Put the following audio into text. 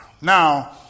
Now